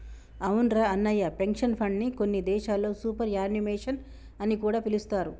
అవునురా అన్నయ్య పెన్షన్ ఫండ్ని కొన్ని దేశాల్లో సూపర్ యాన్యుమేషన్ అని కూడా పిలుస్తారు